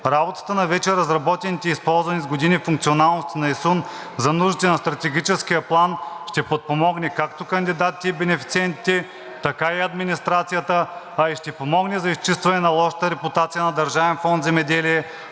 Работата на вече разработените и използвани с години функционалности на ИСУН за нуждите на стратегическия план ще подпомогне както кандидатите и бенефициентите, така и администрацията, а и ще помогне за изчистване на лошата репутация на Държавен фонд „Земеделие“